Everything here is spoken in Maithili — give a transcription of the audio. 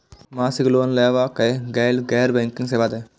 मासिक लोन लैवा कै लैल गैर बैंकिंग सेवा द?